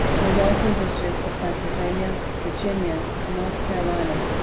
in the western districts of pennsylvania, virginia, and north carolina,